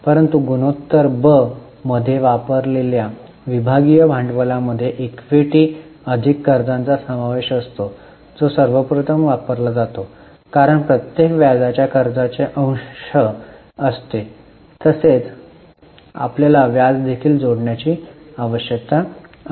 परंतु गुणोत्तर ब मध्ये वापरलेल्या विभागीय भांडवलामध्ये इक्विटी अधिक कर्जाचा समावेश असतो जो सर्वप्रथम वापरला जातो कारण प्रत्येक व्याजाच्या कर्जाचे अंश असते तसेच आपल्याला व्याज देखील जोडण्याची आवश्यकता असते